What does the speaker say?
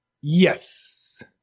Yes